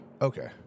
okay